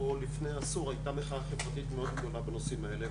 לפני עשור הייתה מחאה חברתית גדולה מאוד בנושאים האלה,